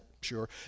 sure